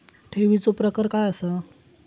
ठेवीचो प्रकार काय असा?